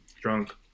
drunk